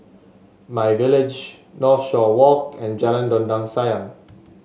MyVillage Northshore Walk and Jalan Dondang Sayang